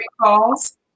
calls